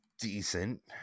decent